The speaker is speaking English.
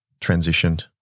transitioned